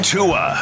Tua